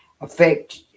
affect